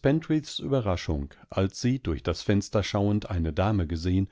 pentreaths überraschung als sie durch das fenster schauend eine dame gesehen